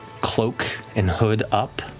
cloak and hood up,